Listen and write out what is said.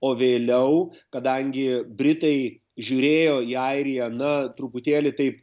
o vėliau kadangi britai žiūrėjo į airiją na truputėlį taip